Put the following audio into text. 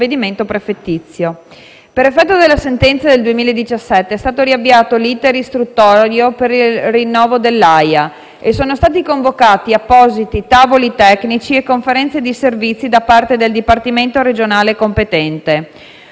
Per effetto della sentenza del 2017 è stato riavviato l'*iter* istruttorio per il rinnovo dell'AIA e sono stati convocati appositi tavoli tecnici e conferenze di servizi da parte del dipartimento regionale competente.